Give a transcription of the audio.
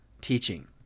teaching